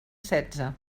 setze